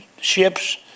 ships